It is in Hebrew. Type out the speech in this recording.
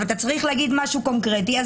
אתה צריך להגיד משהו קונקרטי,